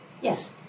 Yes